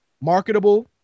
marketable